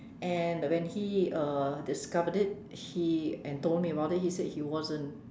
and when he uh discovered it he and told me about it he said he wasn't